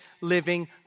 living